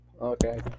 Okay